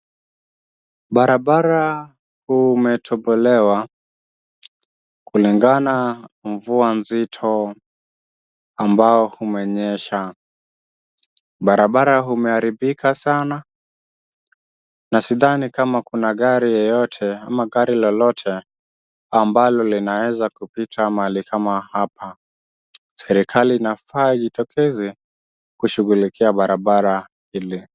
Barabara umetobolewa, kulingana mvua mzito ambao umenyesha, barabara umeharibika sana na sidhani kama Kuna gari yeyote ama gari lolote ambao linaweza kupita mahali kama hapa, serikali inafaa ijitokese kushughulikia barabara hili.